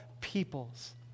peoples